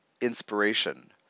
inspiration